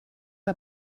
war